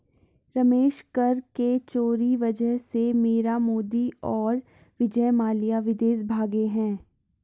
रमेश कर के चोरी वजह से मीरा मोदी और विजय माल्या विदेश भागें हैं